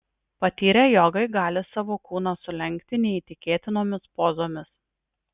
patyrę jogai gali savo kūną sulenkti neįtikėtinomis pozomis